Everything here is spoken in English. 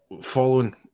following